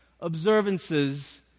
observances